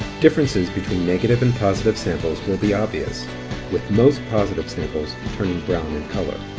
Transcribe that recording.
differences between negative and positive samples will be obvious with most positive samples turning brown in color.